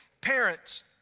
Parents